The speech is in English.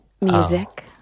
Music